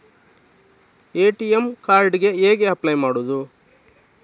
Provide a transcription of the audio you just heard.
ATM card ಗೆ ಹೇಗೆ apply ಮಾಡುವುದು?